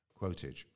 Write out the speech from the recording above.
quotage